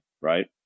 right